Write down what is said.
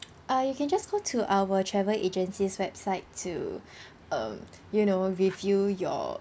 uh you can just go to our travel agency's website to um you know review your